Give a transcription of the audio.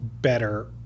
better